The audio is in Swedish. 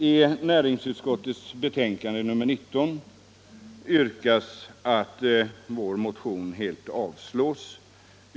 I näringsutskottets betänkande avstyrks yrkandena i vår motion.